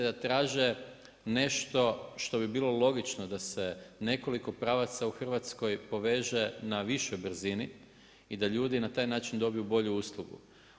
Da, traže nešto što bi bilo logično da se nekoliko pravaca u Hrvatskoj poveže na više brzini i da ljudi na taj način dobiju bržu uslugu.